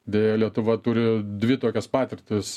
deja lietuva turi dvi tokias patirtis